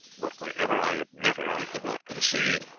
but wherever i had met her i could not conceive.